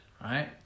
right